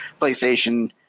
PlayStation